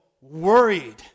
worried